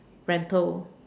rental